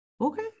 okay